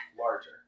larger